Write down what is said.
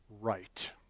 right